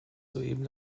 soeben